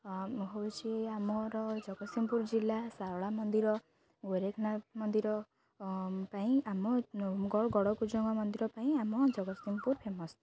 ହେଉଛି ଆମର ଜଗତସିଂହପୁର ଜିଲ୍ଲା ଶାରଳା ମନ୍ଦିର ଗୋରଖନାଥ ମନ୍ଦିର ପାଇଁ ଆମ ଗଡ଼କୁଜଙ୍ଗ ମନ୍ଦିର ପାଇଁ ଆମ ଜଗତସିଂହପୁର ଫେମସ୍